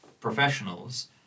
professionals